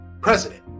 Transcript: president